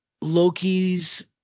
Loki's